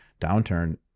downturn